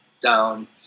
down